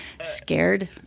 scared